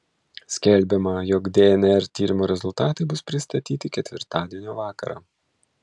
skelbiama jog dnr tyrimo rezultatai bus pristatyti ketvirtadienio vakarą